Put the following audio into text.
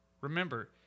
Remember